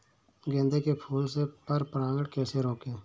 गेंदे के फूल से पर परागण कैसे रोकें?